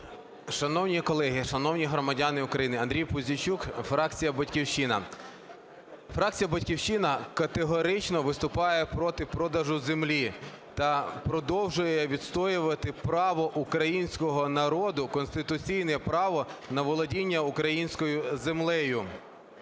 Шановні колеги, шановні громадяни України! Андрій Пузійчук, фракція "Батьківщина". Фракція "Батьківщина" категорично виступає проти продажу землі та продовжує відстоювати право українського народу, конституційне право на володіння українською землею.